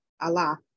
Allah